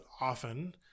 often